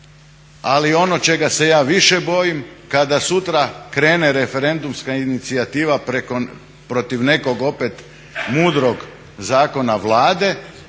Ali ono čega se ja više bojim kada sutra krene referendumska inicijativa protiv nekog opet mudrog zakona Vlade,